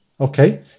Okay